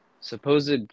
supposed